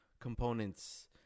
components